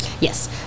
Yes